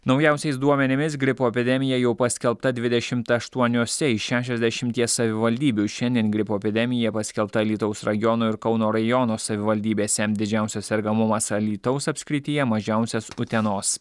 naujausiais duomenimis gripo epidemija jau paskelbta dvidešimt aštuoniose iš šešiasdešimties savivaldybių šiandien gripo epidemija paskelbta alytaus rajono ir kauno rajono savivaldybėse didžiausias sergamumas alytaus apskrityje mažiausias utenos